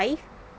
five